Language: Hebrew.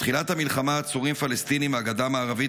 מתחילת המלחמה עצורים פלסטינים מהגדה המערבית